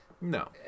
no